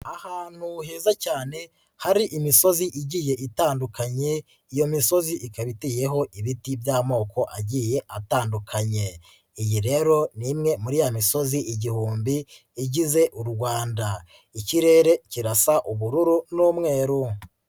Ahantu heza cyane hari imisozi igiye itandukanye iyo misozi ikaba iteyeho ibiti by'amoko agiye atandukanye, iyi rero ni imwe muri ya misozi igihumbi igize u Rwanda, ikirere kirasa ubururu n'umweru.